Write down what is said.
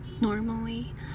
normally